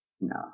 no